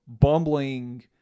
bumbling